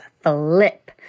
flip